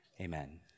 amen